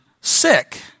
sick